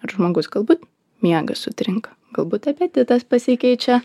žmogus galbūt miegas sutrinka galbūt apetitas pasikeičia